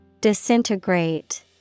Disintegrate